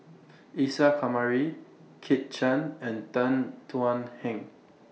Isa Kamari Kit Chan and Tan Thuan Heng